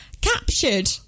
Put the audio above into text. captured